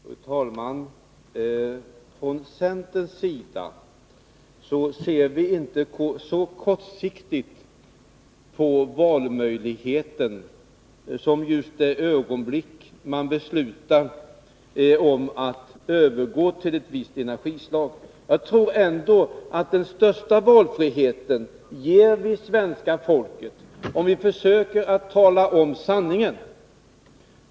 Fru talman! Från centerns sida ser vi inte så kortsiktigt på valmöjligheten att vi enbart tar hänsyn till det ögonblick när man beslutar om att övergå till ett visst energislag. Jag tror att vi ger svenska folket den största valfriheten, om vi försöker att tala om sanningen.